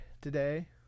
today